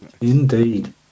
Indeed